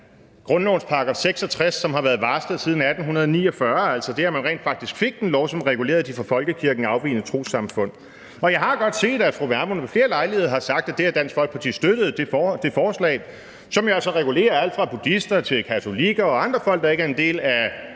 grundlovens § 66, som har været siden 1849, altså det, at man rent faktisk fik den lov, som regulerer de fra folkekirken afvigende trossamfund. Og jeg har godt set, at fru Vermund ved flere lejligheder har sagt, at det forslag har Dansk Folkeparti støttet, som jo regulerer alt fra buddhister til katolikker og andre folk, der ikke er en del af